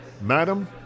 madam